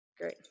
great